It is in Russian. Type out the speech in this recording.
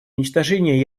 уничтожении